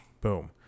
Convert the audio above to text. boom